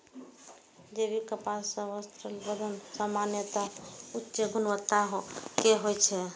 जैविक कपास सं बनल वस्त्र सामान्यतः उच्च गुणवत्ता के होइ छै